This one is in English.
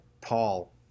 Paul